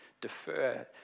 defer